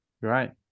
right